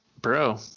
Bro